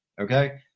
Okay